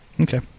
Okay